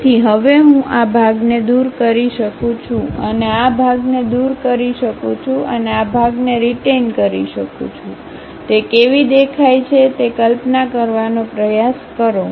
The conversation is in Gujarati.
તેથી હવે હું આ ભાગને દૂર કરી શકું છું અને આ ભાગને દૂર કરી શકું છું અને આ ભાગને રીટેઈન કરી શકું છું તે કેવી દેખાય છે તે કલ્પના કરવાનો પ્રયાસ કરો